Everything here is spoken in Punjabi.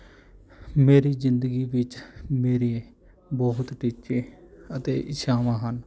ਮੇਰੀ ਜ਼ਿੰਦਗੀ ਵਿੱਚ ਮੇਰੇ ਬਹੁਤ ਟੀਚੇ ਅਤੇ ਇੱਛਾਵਾਂ ਹਨ